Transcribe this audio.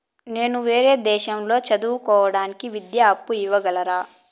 నేను వేరే దేశాల్లో చదువు కోవడానికి విద్యా అప్పు ఇవ్వగలరా?